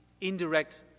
indirect